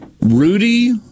Rudy